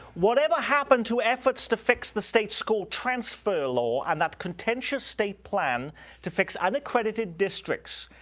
whatever happened to efforts to fix the state school transfer law and that contentious state plan to fix unaccredited districts.